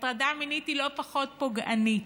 הטרדה מינית היא לא פחות פוגענית.